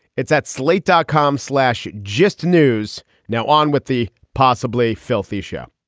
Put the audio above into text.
it's at slate dot com slash just. news now on with the possibly filthy show